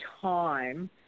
time